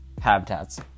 habitats